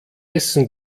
essen